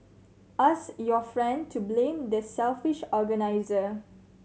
ask your friend to blame the selfish organiser